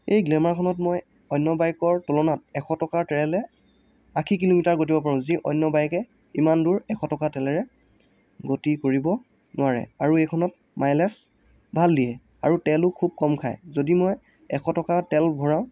এই গ্লেমাৰখনত মই অন্য় বাইকৰ তুলনাত এশ টকাৰ তেলেৰে আশী কিলোমিটাৰ গৈ থাকিব পাৰোঁ যি অন্য় বাইকে ইমান দূৰ এশ টকা তেলেৰে গতি কৰিব নোৱাৰে আৰু এইখনত মাইলেজ ভাল দিয়ে আৰু তেলো খুব কম খায় যদি মই এশ টকা তেল ভৰাওঁ